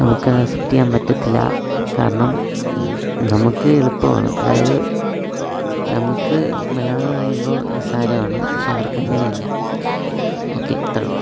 നമുക്കത് അക്സപ്റ്റ് ചെയ്യാൻ പറ്റത്തില്ല കാരണം നമുക്ക് എളുപ്പമാണ് അതായത് നമുക്ക് മലയാളം എന്ന് പറയുമ്പോൾ നിസാരമാണ് പക്ഷേ അവർക്ക് അങ്ങനെയല്ല ഓക്കെ അത്രയുള്ളൂ